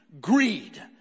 greed